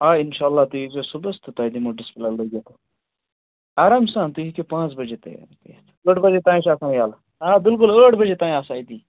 آ اِنشاء اَللّہ تُہۍ یی زیٚو صُبحس تہٕ تۄہہِ دِمو ڈِسپٕلیے لٲگِتھ آرام سان تُہۍ ہیٚکِو پانٛژھ بَجے تہِ یِتھ ٲٹھ بَجے تانۍ چھِ آسان یلہٕ آ بَلکُل ٲٹھ بَجے تانۍ آسان ییٚتی